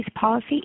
Policy